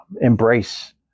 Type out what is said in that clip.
embrace